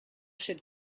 should